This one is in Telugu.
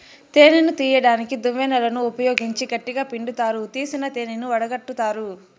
తేనెను తీయడానికి దువ్వెనలను ఉపయోగించి గట్టిగ పిండుతారు, తీసిన తేనెను వడగట్టుతారు